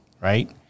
Right